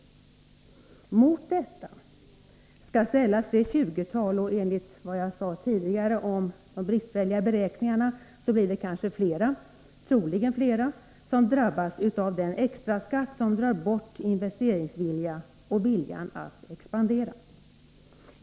Mot detta skall ställas det tjugotal — enligt vad jag sade tidigare om de bristfälliga beräkningarna blir det troligen flera — som drabbas av denna extraskatt, som drar bort investeringsviljan och viljan att expandera.